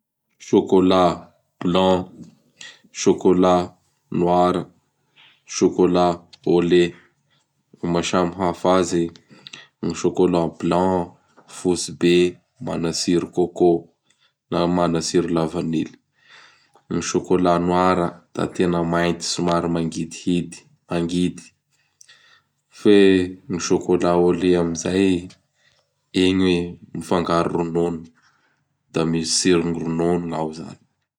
Chocolat blanc, chocolat noir, chocolat au lait. Ny maha samihafaha azy: gny chocolat blanc fotsy be manatsiro coco na manatsiro la vanily, ny chocolat noir da tena mainty somary mandidihidy (mangidy), fe ny chocoalat au lait amin'izay, igny mifangaro ronono da misy tsiron ronono gn' ao zany.